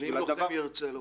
ואם לוחם ירצה להופיע?